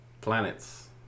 planets